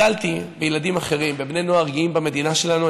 נתקלתי בילדים אחרים, בבני נוער גאים במדינה שלנו.